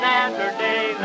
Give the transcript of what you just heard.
Saturday